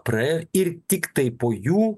praėjo ir tiktai po jų